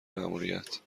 ماموریت